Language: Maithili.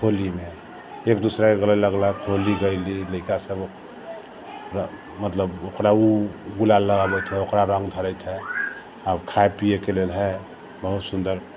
होलीमे एक दूसराके गले लगलक होली गयली लैकासभ मतलब ओकरा ओ गुलाल लगा बैठल ओकरा रङ्ग धरैत हइ आ खाय पीयैके लेल हइ बहुत सुन्दर